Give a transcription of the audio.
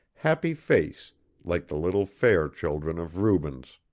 happy face like the little fair children of rubens.